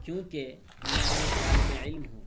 کیونکہ میں ابھی طالب علم ہوں